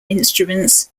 instruments